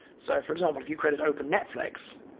so for example, if you created open netflix,